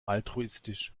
altruistisch